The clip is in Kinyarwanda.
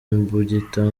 imbugita